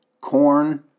corn